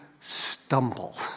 stumble